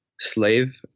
Slave